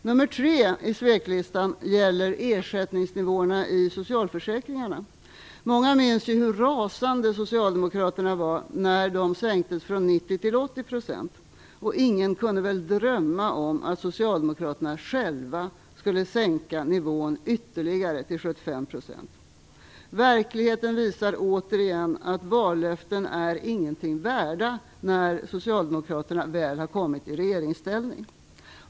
Nummer tre på sveklistan gäller ersättningsnivåerna i socialförsäkringarna. Många minns hur rasande socialdemokraterna var när de sänktes från 90 % till 80 %. Ingen kunde väl drömma om att socialdemokraterna själva skulle sänka nivån ytterligare till 75 %. Verkligheten visar återigen att vallöften är inget värda när socialdemokraterna väl har kommit i regeringsställning.